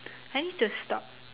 I need to stop